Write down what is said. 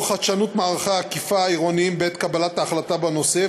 נוכח חדשנות מערכי האכיפה העירוניים בעת קבלת ההחלטה בנושא,